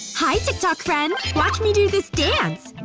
hi tiktok friends! watch me do this dance!